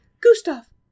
Gustav